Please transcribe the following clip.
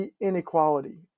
inequality